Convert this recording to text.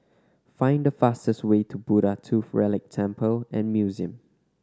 find the fastest way to Buddha Tooth Relic Temple and Museum